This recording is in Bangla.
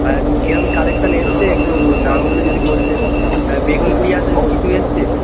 কার কেরকম কালেকশান এসেছে একটু নামগুলো যদি বলতেন অ্যাঁ বেগুনপুরিয়া সে কিছু এসেছে